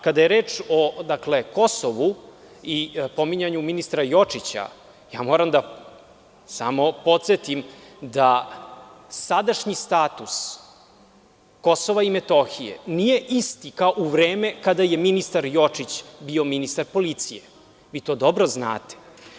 Kada je reč o Kosovu i pominjanju ministra Jočića, moram samo da podsetim da sadašnji status KiM nije isti kao u vreme kada je ministar Jočić bio ministar policije, vi to dobro znate.